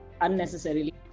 unnecessarily